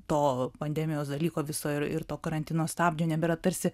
to pandemijos dalyko viso ir ir to karantino stabdžio nebėra tarsi